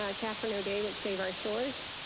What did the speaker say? ah catherine o'day with save our shores.